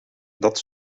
dat